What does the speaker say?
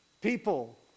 People